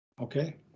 Okay